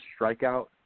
strikeout